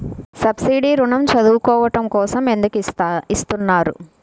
Subsidy ఋణం చదువుకోవడం కోసం ఎందుకు ఇస్తున్నారు?